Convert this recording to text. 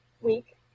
week